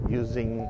using